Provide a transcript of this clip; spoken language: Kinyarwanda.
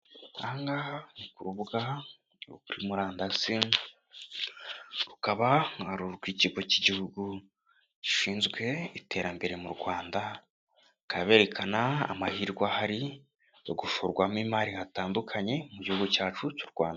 Aha ni ku rubuga rwo kuri murandasi, rukaba ari urw' ikigo cy'igihugu gishinzwe iterambere mu rwanda, bakaba berekana amahirwe ahari yo gushorwamo imari ahatandukanye mu gihugu cyacu cy'u Rwanda.